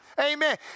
Amen